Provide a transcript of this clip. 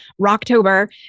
rocktober